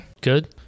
Good